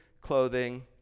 clothing